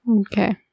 Okay